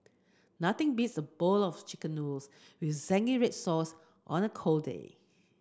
nothing beats a bowl of chicken noodles with zingy red sauce on a cold day